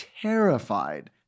terrified